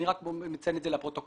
אני רק מציין את זה לפרוטוקול.